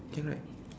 can right